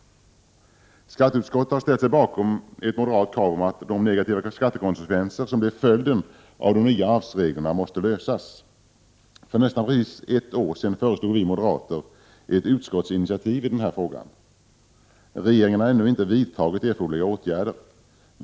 Skatteutskottet har ställt sig bakom ett moderat krav på att de negativa skattekonsekvenser som blev följden av de nya arvsreglerna måste lösas. För nästan precis ett år sedan föreslog vi moderater ett utskottsinitiativ i denna fråga. Regeringen har ännu inte vidtagit erforderliga åtgärder.